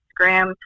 Instagram